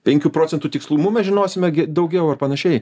penkių procentų tikslumu mes žinosime gi daugiau ar panašiai